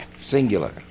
Singular